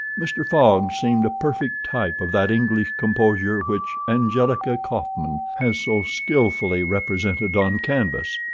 mr. fogg seemed a perfect type of that english composure which angelica kauffmann has so skilfully represented on canvas.